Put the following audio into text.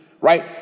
right